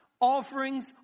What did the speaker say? offerings